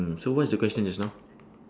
mm so what is the question just now